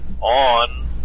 on